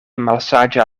malsaĝa